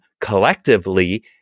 collectively